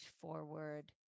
forward